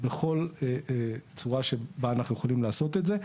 בכל צורה שבה אנחנו יכולים לעשות את זה.